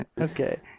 Okay